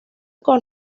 con